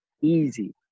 easy